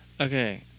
Okay